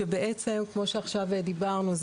שבעצם כמו שעכשיו דיברנו,